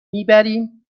میبریم